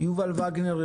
יובל וגנר,